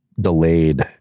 delayed